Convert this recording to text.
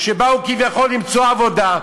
שבאו כביכול למצוא עבודה,